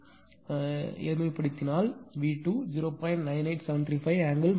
நீங்கள் எளிமைப்படுத்தினால் V2 0